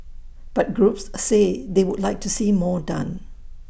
but groups say they would like to see more done